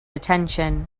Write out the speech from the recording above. attention